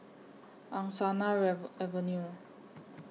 Angsana Avenue